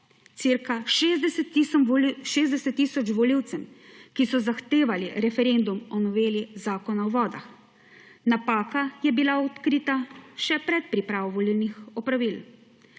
ca 60 tisoč volivcem, ki so zahtevali referendum o noveli Zakona o vodah. Napaka je bila odkrita še pred pripravo volilnih opravil.